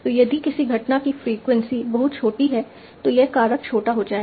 तो यदि किसी घटना की फ्रीक्वेंसी बहुत छोटी है तो यह कारक छोटा हो जाएगा